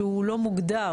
שהוא לא מוגדר,